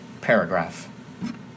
paragraph